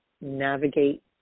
Navigate